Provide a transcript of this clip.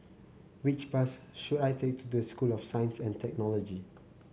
which bus should I take to the School of Science and Technology